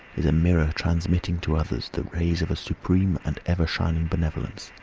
is a mirror transmitting to others the rays of a supreme and ever shining benevolence.